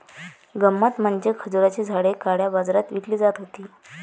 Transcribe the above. गंमत म्हणजे खजुराची झाडे काळ्या बाजारात विकली जात होती